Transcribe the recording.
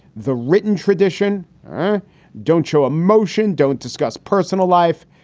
the written tradition don't show emotion. don't discuss personal life.